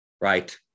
right